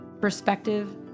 perspective